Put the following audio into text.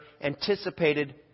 anticipated